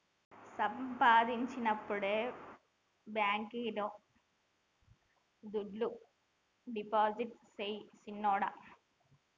సంపాయించినప్పుడే బాంకీలో దుడ్డు డిపాజిట్టు సెయ్ సిన్నోడా